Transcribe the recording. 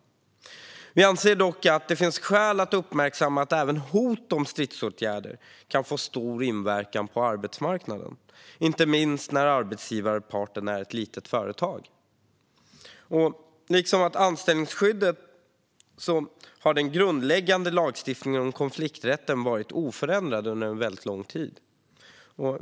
Vi anser att det finns skäl att uppmärksamma att även hot om stridsåtgärder kan få stor inverkan på arbetsmarknaden, inte minst när arbetsgivarparten är ett litet företag. Liksom anställningsskyddet har den grundläggande lagstiftningen om konflikträtten under lång tid varit oförändrad.